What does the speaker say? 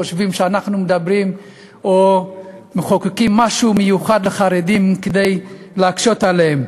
חושבים שאנחנו מדברים או מחוקקים משהו מיוחד לחרדים כדי להקשות עליהם.